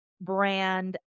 brand